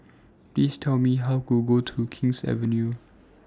Please Tell Me How to get to King's Avenue